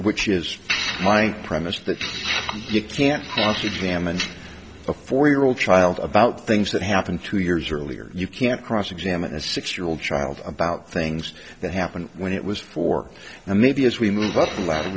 which is my premise that you can't examine a four year old child about things that happened two years earlier you can't cross examine a six year old child about things that happened when it was four and maybe as we move up